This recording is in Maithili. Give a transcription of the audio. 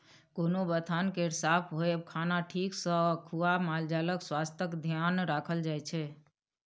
कोनो बथान केर साफ होएब, खाना ठीक सँ खुआ मालजालक स्वास्थ्यक धेआन राखल जाइ छै